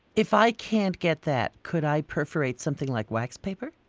if i can't get that, could i perforate something like wax paper?